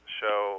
show